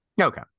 Okay